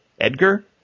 Edgar